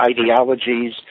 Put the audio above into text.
ideologies